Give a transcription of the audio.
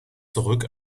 zurück